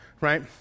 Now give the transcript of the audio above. right